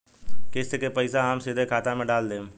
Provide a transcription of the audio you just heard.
किस्त के पईसा हम सीधे खाता में डाल देम?